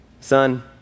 Son